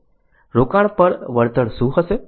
રોકાણ પર વળતર શું હશે